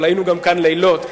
אבל היינו כאן גם לילות,